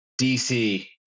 DC